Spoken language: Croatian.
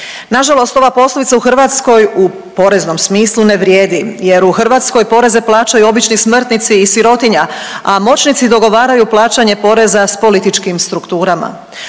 Nažalost ova poslovica u Hrvatskoj u poreznom smislu ne vrijedi jer u Hrvatskoj poreze plaćaju obični smrtnici i sirotinja, a moćnici dogovaraju plaćanje poreza s političkim strukturama.